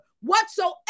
whatsoever